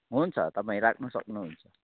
हुन्छ तपाईँ राख्नुसक्नु हुन्छ